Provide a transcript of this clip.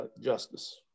justice